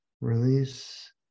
release